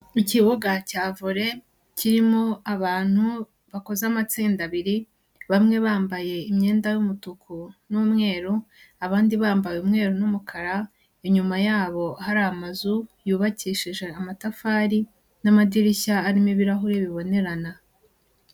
Ikibuga cya volley, kirimo abantu bakoze amatsinda abiri, bamwe bambaye imyenda y'umutuku n'umweru, abandi bambaye umweru n'umukara, inyuma yabo hari amazu, yubakishije amatafari, n'amadirishya arimo ibirahuri bibonerana.